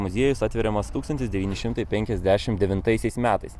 muziejus atveriamas tūkstantis devyni šimtai penkiasdešimt devintaisiais metais